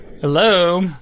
Hello